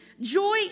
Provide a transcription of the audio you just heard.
Joy